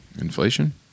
inflation